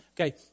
Okay